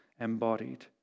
embodied